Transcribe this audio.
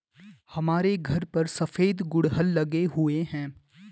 हमारे घर पर सफेद गुड़हल लगे हुए हैं